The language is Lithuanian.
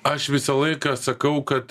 aš visą laiką sakau kad